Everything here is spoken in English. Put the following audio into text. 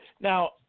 Now